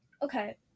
Okay